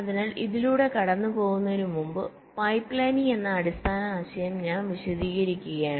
അതിനാൽ ഇതിലൂടെ കടന്നുപോകുന്നതിന് മുമ്പ് പൈപ്പ്ലൈനിംഗ് എന്ന അടിസ്ഥാന ആശയം ഞാൻ വിശദീകരിക്കുകയാണ്